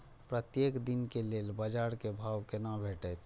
प्रत्येक दिन के लेल बाजार क भाव केना भेटैत?